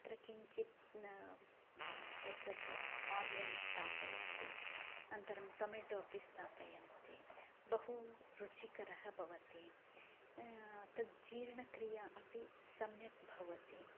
तत्र किञ्चित् न म एतत् आनियन् स्थापयन्ति अन्तरं टोमेटो अपि स्थापयन्ति बहु रुचिकरं भवति तत् जीर्णक्रिया अपि सम्यक् भवति